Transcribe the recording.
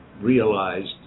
realized